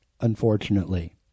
unfortunately